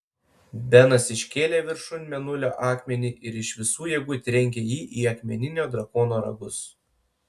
benas iškėlė viršun mėnulio akmenį ir iš visų jėgų trenkė jį į akmeninio drakono ragus